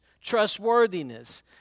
trustworthiness